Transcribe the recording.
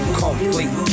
complete